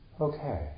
Okay